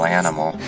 animal